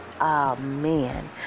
Amen